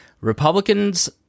republicans